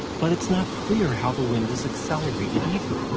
but, it's not clear how the wind is accelerated, either.